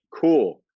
cool